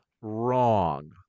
wrong